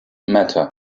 matter